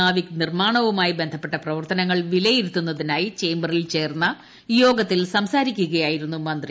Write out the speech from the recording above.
നാവിക് നിർമ്മാണവുമായി ബന്ധപ്പെട്ട പ്രവർത്തനങ്ങൾ വിലയിരുത്തുന്നതിനായി ചേംബറിൽ ചേർന്ന യോഗത്തിൽ സംസാരിക്കുകയായിരുന്നു മന്ത്രി